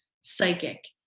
psychic